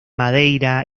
madeira